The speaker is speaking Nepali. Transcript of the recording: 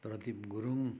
प्रदीप गुरुङ